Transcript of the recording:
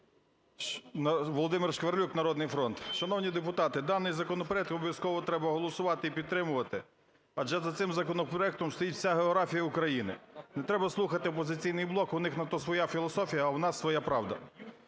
Володимир Шкварилюк, "Народний фронт". Шановні депутати, даний законопроект обов'язково треба голосувати і підтримувати, адже за цим законопроектом стоїть вся географія України. Не треба слухати "Опозиційний блок", у них на то своя філософія, а у нас - своя правда.